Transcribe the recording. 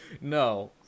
No